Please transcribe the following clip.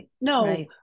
no